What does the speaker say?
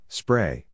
spray